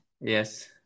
yes